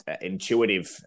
intuitive